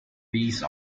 these